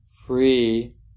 free